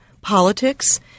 politics